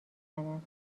زند